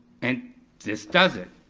and this does it.